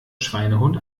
schweinehund